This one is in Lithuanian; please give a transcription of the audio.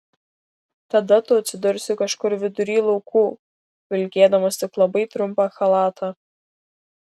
tada tu atsidursi kažkur vidury laukų vilkėdamas tik labai trumpą chalatą